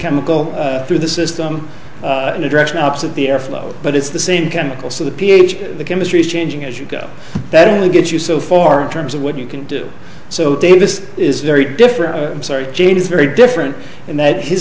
chemical through the system in a direction opposite the air flow but it's the same chemical so the ph the chemistry is changing as you go that only gets you so far in terms of what you can do so davis is very different i'm sorry gene is very different in that his